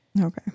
Okay